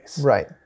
right